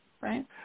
right